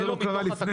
חבל שזה לא קרה לפני.